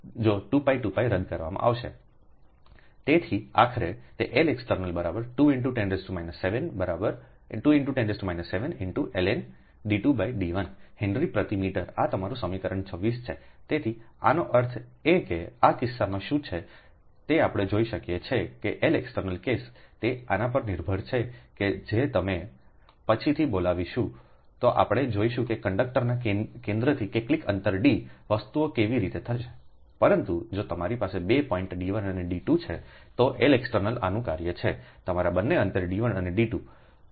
તેથી આખરે તે Lext 210 7lnD2D1હેનરી પ્રતિ મીટર આ તમારું સમીકરણ 26 છે તેથીઆનો અર્થ એ કે આ કિસ્સામાં શું છે તે આપણે જોઈ શકીએ છીએ કે Lext કેસ તે આના પર નિર્ભર છે કે જે તમે પછીથી બોલાવીશું તે આપણે જોઈશું કે કંડક્ટરના કેન્દ્રથી કેટલાક અંતર D વસ્તુઓ કેવી રીતે થશે પરંતુ જો તમારી પાસે 2 પોઇન્ટ D1 અને D2 છે તો Lext આનું કાર્ય છે તમારા બંને અંતર D1 અને D2